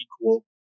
equal